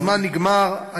הזמן נגמר.